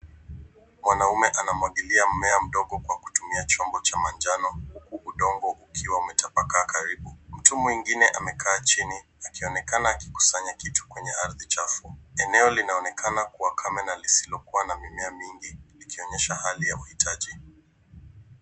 Mwanamme anamwagilia mmea mdogo kwa kutumia chombo cha manjano huku udongo ukiwa umetapakaa karibu. Mtu mwingine akionekana akikusanya kitu kwenye ardhi chafu. Eneo linaonekana kavu na lisilo na mimea mingi ikionyesha hali ya uhitaji.